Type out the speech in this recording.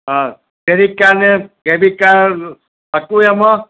હા credit card ને debit card હતું એમાં